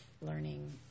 learning